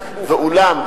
ואולם,